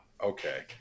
Okay